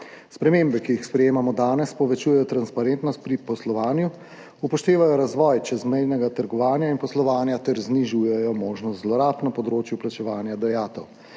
Spremembe, ki jih sprejemamo danes, povečujejo transparentnost pri poslovanju, upoštevajo razvoj čezmejnega trgovanja in poslovanja ter znižujejo možnost zlorab na področju plačevanja dajatev.